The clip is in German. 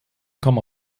kommen